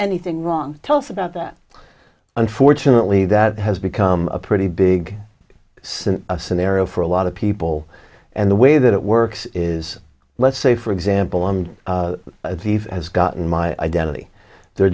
anything wrong tell us about that unfortunately that has become a pretty big scenario for a lot of people and the way that it works is let's say for example one has gotten my identity they're